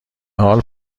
حال